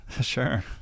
Sure